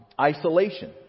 Isolation